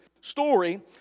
story